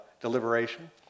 deliberation